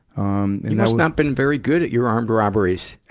um like not been very good at your armed robberies.